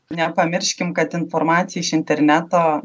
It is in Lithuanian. nepamirškim kad informacija iš interneto